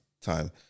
time